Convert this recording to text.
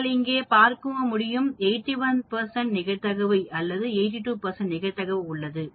நீங்கள் இங்கே பார்க்க முடியும் 81 நிகழ்தகவு அல்லது 82 நிகழ்தகவு உள்ளது